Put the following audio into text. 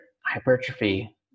hypertrophy